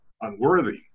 unworthy